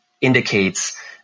indicates